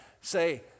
Say